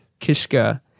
Kishka